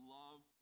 love